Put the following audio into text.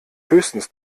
höchstens